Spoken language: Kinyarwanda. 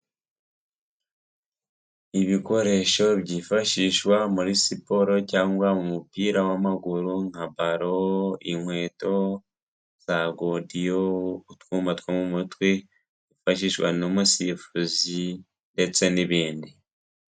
Ibikoresho byifashishwa muri siporo cyangwa mu mupira w'amaguru. Nka baro, inkweto za godiyo, utwuma two mu amatwi, twifashishwa n'umusifuzi ndetse n'ibindi.